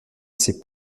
ces